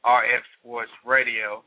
rfsportsradio